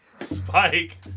Spike